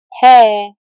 Hey